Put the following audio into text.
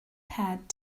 pat